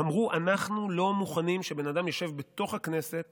אמרו: אנחנו לא מוכנים שבן אדם ישב בתוך הכנסת